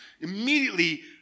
Immediately